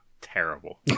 terrible